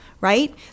right